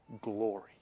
glory